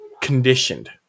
conditioned